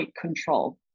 control